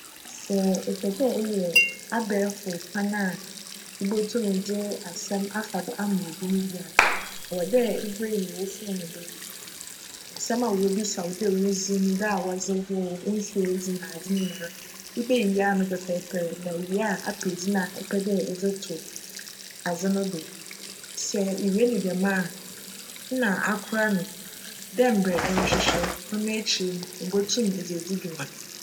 Sj epj dj eyj abajfor kwan a ibotum dze asjm afa do ama binom a, cwc dj ebue no wc wo "phone" do na nsjm a wobisa wo dj wo dzin, da a wcdze woo, wo mfe a edzi na adze nyinara, ibeyiyi ano pjpjjpjr na ewie apj dzin a epj dj edze to adze no do. Sj ewie no djm a nna akora no dj mbrj erohwehwj no. Cno ekyir no ibotum dze edzi dwuma.